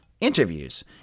interviews